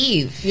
Eve